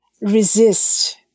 Resist